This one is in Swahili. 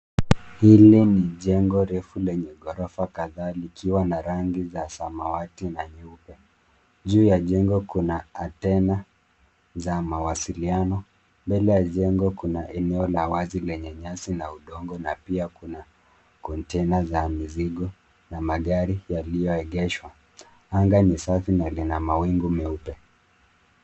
Hili ni jengo refu lenye ghorofa kadhaa likiwa na rangi za samawati na nude juu ya jengo kuna antenna za mawasiliano. Mbele ya jengo kuna eneo la wazi lenye nyasi na udongo na pia kuna kontena za mizigo na magari yaliyoegeshwa. Anga ni safi na lina mawingu meupe.